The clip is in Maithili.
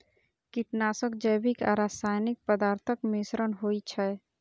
कीटनाशक जैविक आ रासायनिक पदार्थक मिश्रण होइ छै